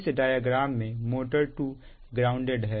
इस डायग्राम में motor 2 grounded है